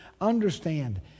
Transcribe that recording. Understand